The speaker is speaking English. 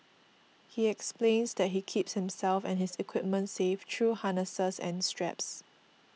he explains that he keeps himself and his equipment safe through harnesses and straps